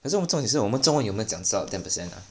可是我们重点是我们中文有没有讲到 ten percent ah